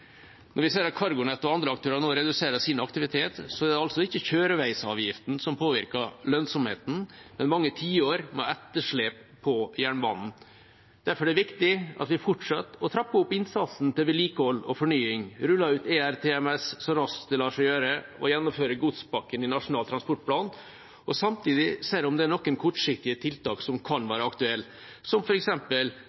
Når vi ser at CargoNet og andre aktører nå reduserer sin aktivitet, er det altså ikke kjøreveisavgiften som påvirker lønnsomheten, men mange tiår med etterslep på jernbanen. Derfor er det viktig at vi fortsetter å trappe opp innsatsen til vedlikehold og fornying, ruller ut ERTMS så raskt det lar seg gjøre, og gjennomfører godspakken i Nasjonal transportplan og samtidig ser om det er noen kortsiktige tiltak som kan